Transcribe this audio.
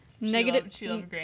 Negative